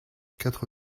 quatre